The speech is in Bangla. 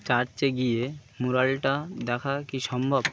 চার্চে গিয়ে ম্যুরালটা দেখা কি সম্ভব